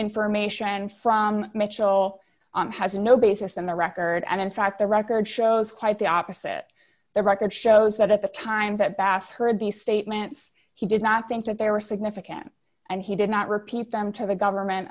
information from mitchell has no basis in the record and in fact the record shows quite the opposite the record shows that at the time that bass heard these statements he did not think that they were significant and he did not repeat them to the government